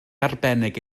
arbennig